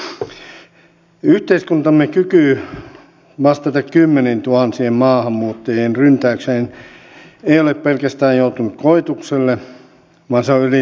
yhteiskuntamme kyky vastata kymmenientuhansien maahanmuuttajien ryntäykseen ei ole pelkästään joutunut koetukselle vaan se on ylitetty roimasti